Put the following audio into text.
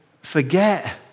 forget